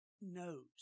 knows